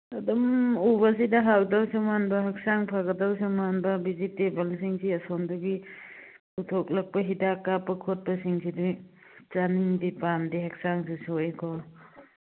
ꯑꯗꯨꯝ ꯎꯕꯁꯤꯗ ꯍꯥꯎꯗꯧꯁꯨ ꯃꯥꯟꯕ ꯍꯛꯆꯥꯡ ꯐꯒꯗꯧꯁꯨ ꯃꯥꯟꯕ ꯚꯤꯖꯤꯇꯦꯕꯜꯁꯤꯡꯁꯤ ꯑꯁꯣꯝꯗꯒꯤ ꯄꯨꯊꯣꯛꯂꯛꯄ ꯍꯤꯗꯥꯛ ꯀꯥꯞꯄ ꯈꯣꯠꯄꯁꯤꯡꯁꯤꯗꯤ ꯆꯥꯅꯤꯡꯗꯦ ꯄꯥꯝꯗꯦ ꯍꯛꯆꯥꯡꯁꯨ ꯁꯣꯛꯏꯀꯣ